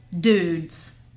dudes